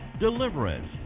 Deliverance